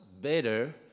better